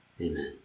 Amen